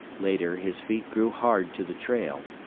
later his feet grew hard to the trail,